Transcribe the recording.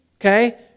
okay